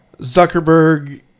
Zuckerberg